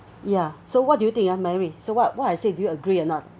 ya so what do you think ah mary so what what I said do you agree or not